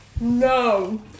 No